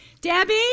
Debbie